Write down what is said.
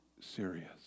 serious